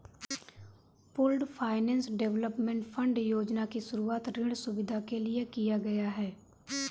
pooled finance development fund योजना की शुरूआत ऋण सुविधा के लिए किया गया है